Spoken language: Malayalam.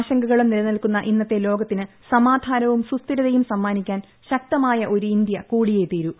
ആശങ്കകളും നിലനിൽക്കുന്ന ഇന്നത്തെ ലോകത്തിന് സമാധാനവും സുസ്ഥിരതയും സമ്മാനിക്കാൻ ശക്തമായ ഒരു ഇന്ത്യ കൂടിയേ തീരൂ